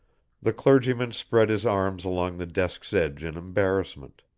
the clergyman spread his arms along the desk's edge in embarrassment.